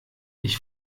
ich